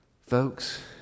folks